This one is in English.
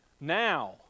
now